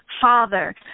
Father